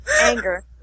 Anger